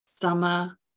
summer